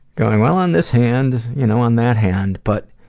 going, well, on this hand, you know on that hand, but,